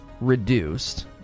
reduced